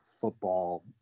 football